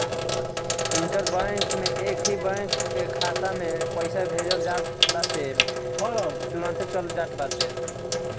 inter bank में एकही bank कअ खाता में पईसा भेज जाला जेसे इ तुरंते चल जात बाटे